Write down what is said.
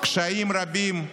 קשיים רבים,